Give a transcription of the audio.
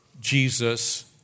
Jesus